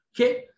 okay